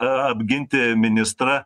apginti ministrą